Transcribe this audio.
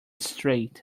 straight